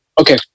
okay